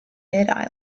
mid